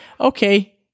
okay